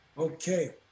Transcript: Okay